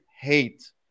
hate